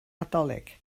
nadolig